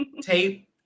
Tape